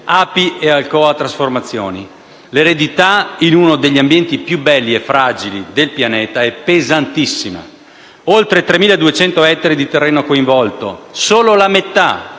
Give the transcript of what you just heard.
L'eredità in uno degli ambienti più belli e fragili del pianeta è pesantissima: oltre 3.200 ettari di terreno coinvolti; solo la metà